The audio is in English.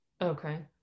Okay